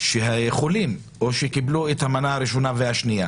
חולים או שקיבלו את המנה הראשונה והשנייה